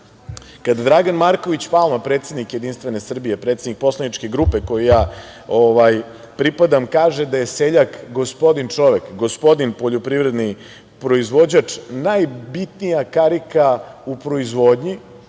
Dragan Marković Palma, predsednik Jedinstvene Srbije, predsednik poslaničke grupe kojoj ja pripadam, kaže da je seljak gospodin čovek, gospodin poljoprivredni proizvođač najbitnija karika u proizvodnji,